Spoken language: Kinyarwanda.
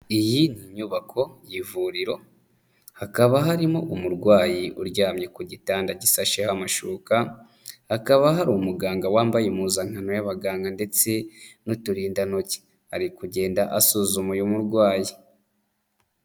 Iyi ni inyubako y'ivuriro hakaba harimo umurwayi uryamye ku gitanda gisasheho amashuka, hakaba hari umuganga wambaye impuzankano y'abaganga ndetse n'uturindantoki ari kugenda asuzuma uyu murwayi.